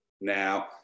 Now